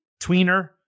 tweener